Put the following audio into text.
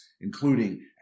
including